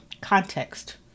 context